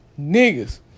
Niggas